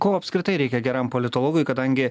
ko apskritai reikia geram politologui kadangi